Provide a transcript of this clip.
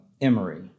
Emory